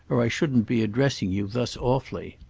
or i shouldn't be addressing you thus awfully.